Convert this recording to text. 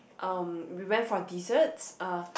um we went for desserts uh